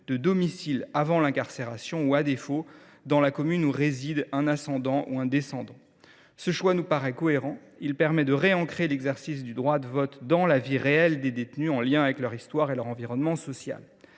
domicilié avant son incarcération, ou, à défaut, dans celle où réside un ascendant ou un descendant. Ce choix nous paraît cohérent. Il permet de réancrer l’exercice du droit de vote dans la vie réelle des détenus, en lien avec leur histoire et leur environnement social.